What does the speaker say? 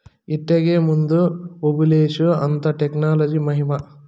ఎట్టాగేముంది ఓబులేషు, అంతా టెక్నాలజీ మహిమా